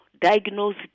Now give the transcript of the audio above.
diagnose